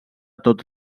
tot